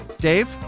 Dave